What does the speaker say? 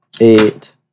eight